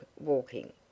walking